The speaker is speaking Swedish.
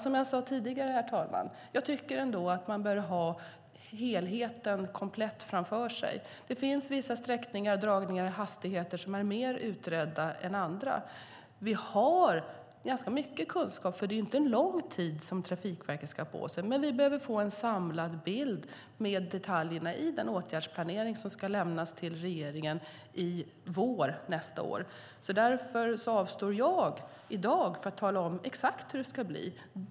Som jag sade tidigare, herr talman: Jag tycker att man bör ha helheten komplett framför sig. Det finns vissa sträckningar, dragningar och hastigheter som är mer utredda än andra. Vi har ganska mycket kunskap, och det är inte lång tid som Trafikverket ska ha på sig. Men vi behöver få en samlad bild med detaljer i den åtgärdsplanering som ska lämnas till regeringen i vår. Därför avstår jag i dag från att tala om exakt hur det ska bli.